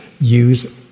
use